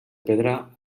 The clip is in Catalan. pedra